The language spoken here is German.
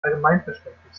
allgemeinverständlich